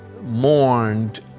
mourned